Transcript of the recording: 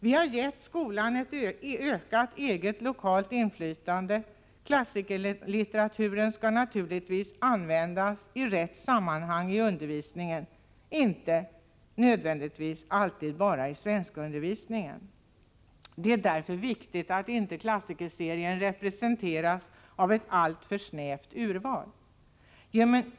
Vi har gett skolan ett ökat lokalt inflytande. Klassikerlitteraturen skall naturligtvis användas i rätt sammanhang i undervisningen, inte nödvändigtvis bara i svenskundervisningen. Det är därför viktigt att inte klassikerserien representeras av ett alltför snävt urval.